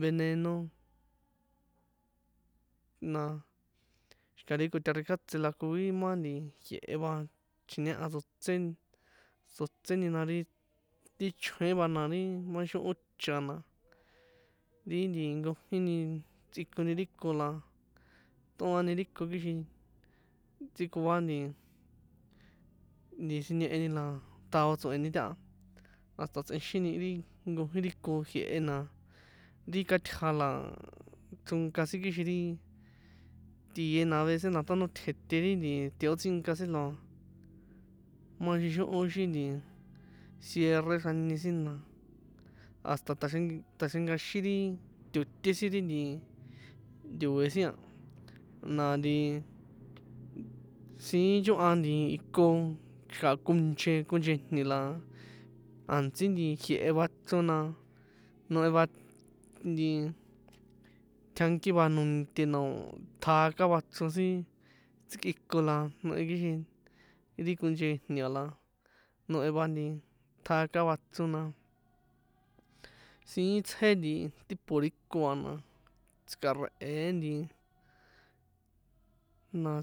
veneno na, xika ri kotarꞌin kjatse la koi ma jie̱he va, chji̱ñeha tsotse, tsotseni na, ri ti chjoĕn va na ri maixonhon cha na, ri nti nkojini tsꞌíkoni ri kon la tꞌoani ri kon kixin ntsikoa nti, nti siñeheni la tao tso̱heni taha, hasta tsꞌexini ri nkojin ri ko jie̱he, na ri katja la chronka sin kixin ri tie na avece na tanotje̱te ri nti teotsinka sin, na maxixohon ixi nti sierre xrani sin na hasta taxren, taxrenkaxin ri to̱te sin ri nti to̱e sin a, na nti siin chohan iko xika konche, konche jni̱ la a̱ntsi nti jie̱he va chrona, nohe va nti tjianki va nonte na o̱ tjaka va chro sin tsikꞌikon la nohe kixin ri konchejni a la nohen va nti tjaka va chrona, siín tsje tipo ri kon a, na tsikarꞌe e nti na.